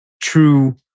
true